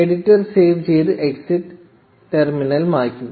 editor save ചെയ്തു exit terminal മായ്ക്കുക